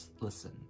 listen